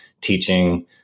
teaching